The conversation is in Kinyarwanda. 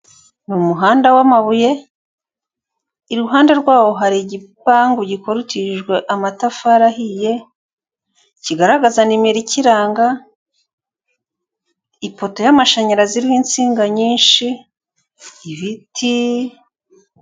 Umuhanda w'amabuye, iruhande rw'aho hari igipangu gikorutijwe amatafari ahiye, kigaragaza nimero ikiranga, ipoto y'amashanyarazi irimo insinga nyinshi, ibiti